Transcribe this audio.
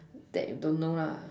that don't know lah